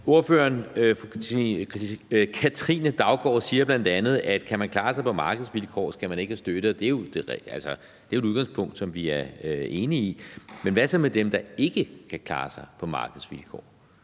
fru Katrine Daugaard, siger bl.a., at kan man klare sig på markedsvilkår, skal man ikke have støtte. Og det er jo et udgangspunkt, som vi er enige i. Men hvad så med dem, der ikke kan klare sig på markedsvilkår